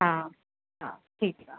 हा हा ठीकु आहे